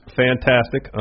fantastic